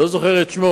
אני לא זוכר את שמו,